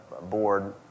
board